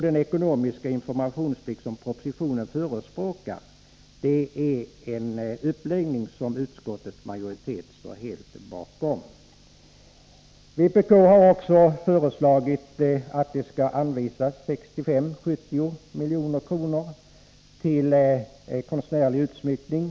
Den ekonomiska informationsplikt som förespråkas i propositionen står utskottets majoritet helt bakom. Vpk har också föreslagit att det skall anvisas 65-70 milj.kr. till konstnärlig utsmyckning.